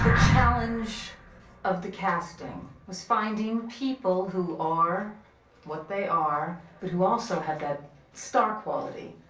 challenge of the casting was finding people who are what they are, but who also have that star quality.